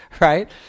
right